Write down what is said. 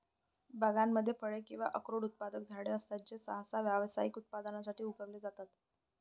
बागांमध्ये फळे किंवा अक्रोड उत्पादक झाडे असतात जे सहसा व्यावसायिक उत्पादनासाठी उगवले जातात